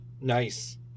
Nice